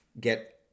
get